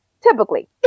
Typically